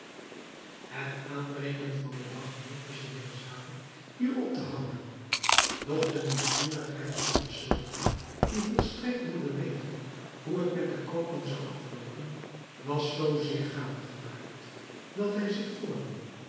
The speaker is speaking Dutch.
het aanbreken van den dag noopte scheherazade hier op te houden doch de nieuwsgierigheid van den sultan die volstrekt wilde weten hoe het met den koopman zou afloopen was zoozeer gaande gemaakt dat hij zich voornam